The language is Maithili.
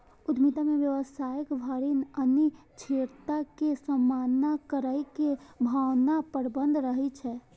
उद्यमिता मे व्यवसायक भावी अनिश्चितता के सामना करै के भावना प्रबल रहै छै